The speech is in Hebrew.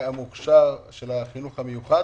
המוכש"ר של החינוך המיוחד?